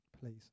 Please